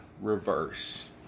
reverse